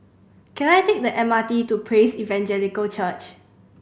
can I take the M R T to Praise Evangelical Church